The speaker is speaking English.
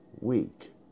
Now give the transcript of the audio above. week